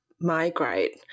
migrate